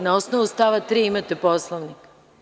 Na osnovu stava 3. imate u Poslovniku.